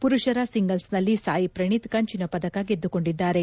ಪುರುಷರ ಸಿಂಗಲ್ಸ್ನಲ್ಲಿ ಸಾಯಿ ಪ್ರಣೀತ್ ಕಂಚಿನ ಪದಕ ಗೆದ್ದುಕೊಂಡಿದ್ದಾರೆ